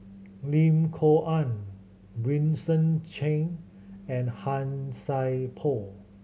Lim Kok Ann Vincent Cheng and Han Sai Por